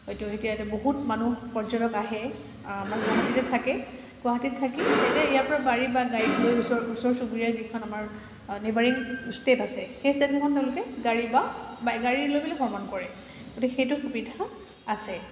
হয়তো এতিয়াতে বহুত মানুহ পৰ্যটক আহে আমাৰ গুৱাহাটীতে থাকে গুৱাহাটীত থাকি তেতিয়া ইয়াৰ পৰা গাড়ী বা বাইক লৈ ওচৰ ওচৰ চুবুৰীয়া যিখন আমাৰ নেবাৰিং ষ্টে'ট আছে সেই ষ্টে'টখন তেওঁলোকে গাড়ী বা গাড়ী লৈ বুলি ভ্ৰমণ কৰে গতিকে সেইটো সুবিধা আছে